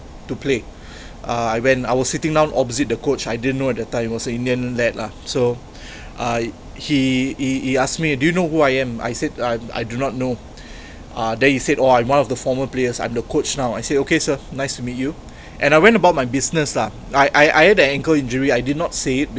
to play uh I went I was sitting down opposite the coach I didn't know at the time it was an indian lad lah so uh he he asked me do you know who I am I said uh I do not know ah then he said oh I am one of the former players I'm the coach now I said okay sir nice to meet you and I went about my business ah I I had the ankle injury I did not say it